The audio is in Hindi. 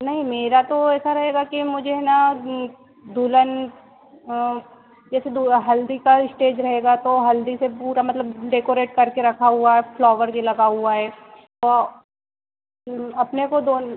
नहीं मेरा तो ऐसा रहेगा कि मुझे ना दुल्हन जैसे हल्दी का इस्टेज रहेगा तो हल्दी से पूरा मतलब डेकोरेट करके रखा हुआ है फ़्लॉवर भी लगा हुआ है अपने को दोन